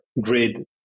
grid